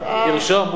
תרשום, מולה.